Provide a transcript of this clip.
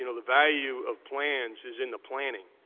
you know the value of plans is in the planning.